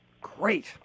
great